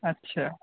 अच्छा